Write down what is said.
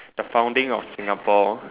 the founding of Singapore